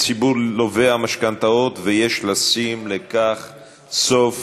ציבור לווי המשכנתאות ויש לשים לכך סוף,